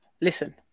Listen